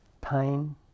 pain